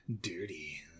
dirty